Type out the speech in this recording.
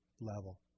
level